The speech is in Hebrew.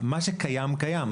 מה שקיים, קיים.